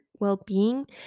well-being